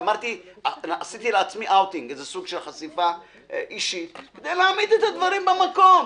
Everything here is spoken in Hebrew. עשיתי לעצמי סוג של חשיפה אישית כדי להעמיד דברים במקום.